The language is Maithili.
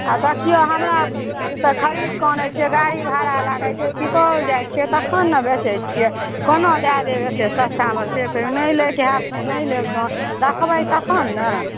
आ देखिऔ हमरा बुतऽ खरीद कऽ आनै छियै गाड़ी भाड़ा लागै छै सुपौल जाइ छियै तखन ने बेचै छियै कोना दए देब एते सस्तामे से कहियौ नहि लै के हैत तऽ नहि लेब देखबै तखन ने